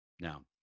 Now